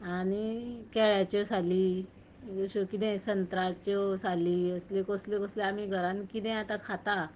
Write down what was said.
आनी केळ्याच्यो साली अश्यो कितें संत्रांच्यो साली असल्यो कसल्यो कसल्यो आमी घरांत कितें आतां खाता